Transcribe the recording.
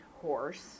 horse